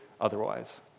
otherwise